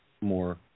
more